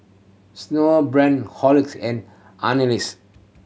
Snowbrand Horlicks and Ameltz